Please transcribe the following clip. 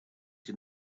had